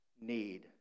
need